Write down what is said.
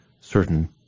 certain